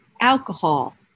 alcohol